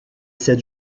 cette